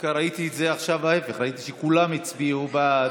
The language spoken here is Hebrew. דווקא ראיתי עכשיו ההפך, ראיתי שכולם הצביעו בעד.